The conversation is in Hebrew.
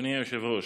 אדוני היושב-ראש,